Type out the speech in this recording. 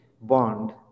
bond